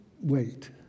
wait